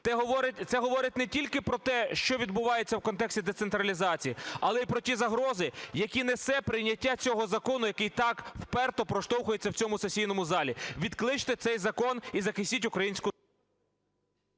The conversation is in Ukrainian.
Це говорить не тільки про те, що відбувається в контексті децентралізації, але і про ті загрози, які несе прийняття цього закону, який так вперто проштовхується в цьому сесійному залі. Відкличте цей закон і захистіть українську…